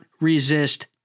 resist